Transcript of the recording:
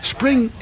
Spring